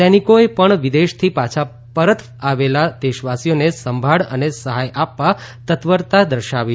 સૈનિકોએ પણ વિદેશથી પાછા પરત આવેલા દેશવાસીઓને સંભાળ અને સહાય આપવા તત્પરતા દર્શાવી છે